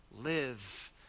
live